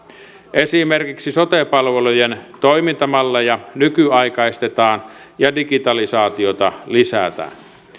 esimerkiksi sote palvelujen toimintamalleja nykyaikaistetaan ja digitalisaatiota lisätään